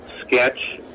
sketch